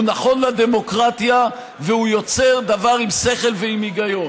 הוא נכון לדמוקרטיה והוא יוצר דבר עם שכל ועם היגיון.